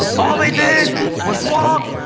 all they did was walk,